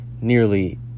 nearly